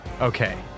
Okay